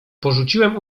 porzuciłem